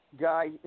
Guy